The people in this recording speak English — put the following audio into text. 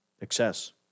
excess